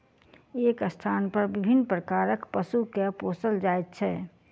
एक स्थानपर विभिन्न प्रकारक पशु के पोसल जाइत छै